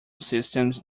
systems